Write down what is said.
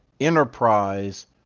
enterprise